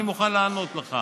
אני מוכן לענות לך.